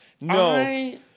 no